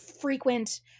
frequent